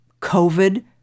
COVID